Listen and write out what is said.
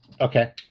Okay